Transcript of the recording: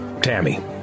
Tammy